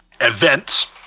event